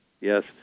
yes